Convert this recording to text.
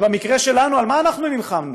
ובמקרה שלנו, על מה נלחמנו?